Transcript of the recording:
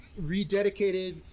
rededicated